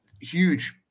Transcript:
Huge